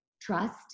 trust